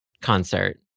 concert